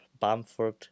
Bamford